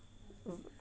mm